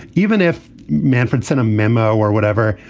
even if man franson a memo or whatever,